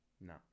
No